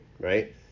right